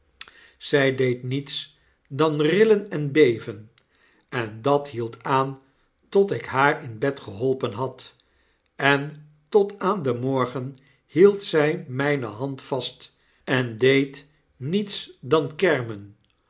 zy deed niets dan rillen en beven en dat hield aan tot ik haar in bed geholpen had en tot aan den morgen hield zy myne hand vast en deed niets dan kermen